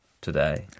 today